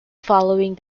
following